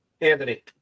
Anthony